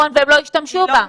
נכון והם לא השתמשו בה.